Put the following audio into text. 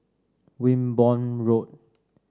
Wimborne Road